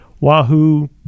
wahoo